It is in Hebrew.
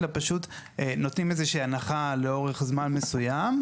אלא פשוט נותנים איזה שהיא הנחה לאורך זמן מסוים.